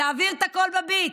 תעביר את הכול בביט.